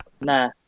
nah